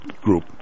Group